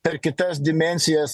per kitas dimensijas